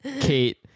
Kate